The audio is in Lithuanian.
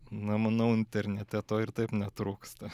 na manau internete to ir taip netrūksta